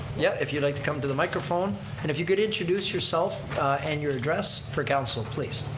yeah, if you'd like to come to the microphone and if you could introduce yourself and your address for council please.